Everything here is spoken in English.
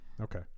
Okay